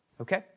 Okay